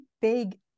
big